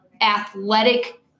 athletic